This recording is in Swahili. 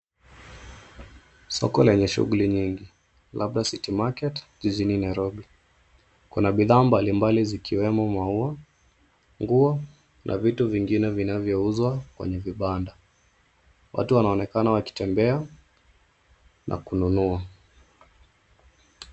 Soko lenye shughuli nyingi, labda City Market jijini Nairobi. Kuna bidhaa mbalimbali zikiwemo maua, nguo na vitu vingine vinavyouzwa kwenye vibanda. Watu wanaonekana wakitembea na kununua.